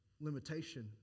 limitation